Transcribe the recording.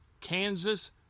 Kansas